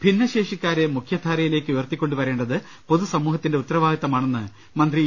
ഭിന്നശേഷിക്കാരെ മുഖ്യധാരയിലേക്ക് ഉയർത്തിക്കൊണ്ടുവരേണ്ടത് പൊതു സമൂഹത്തിന്റെ ഉത്തരവാദിത്തമാണെന്ന് മന്ത്രി ഇ